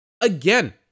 again